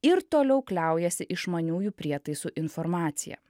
ir toliau kliaujasi išmaniųjų prietaisų informacija